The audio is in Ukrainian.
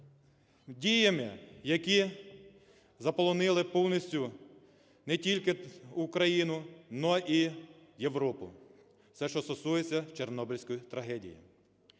діям, які заполонили повністю не тільки Україну, но і Європу. Це що стосується Чорнобильської трагедії.